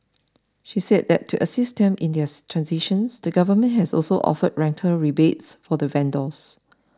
she said that to assist them in theirs transition the government has also offered rental rebates for the vendors